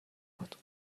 بود